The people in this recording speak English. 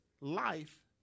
life